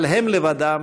אבל הם לבדם